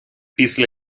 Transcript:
після